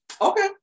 Okay